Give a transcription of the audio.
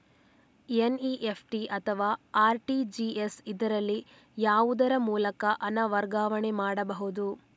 NEFT ಅಥವಾ RTGS, ಇದರಲ್ಲಿ ಯಾವುದರ ಮೂಲಕ ಹಣ ವರ್ಗಾವಣೆ ಮಾಡಬಹುದು?